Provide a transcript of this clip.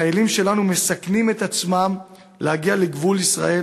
הם מסכנים את עצמם להגיע לגבול ישראל